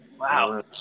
Wow